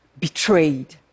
betrayed